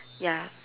ya